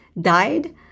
died